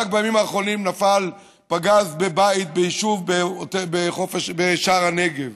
רק בימים האחרונים נפל פגז בבית ביישוב בשער הנגב.